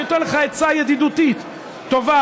אני נותן לך עצה ידידותית טובה,